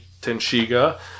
Tenshiga